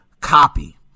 Copy